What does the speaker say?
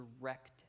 direct